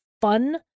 fun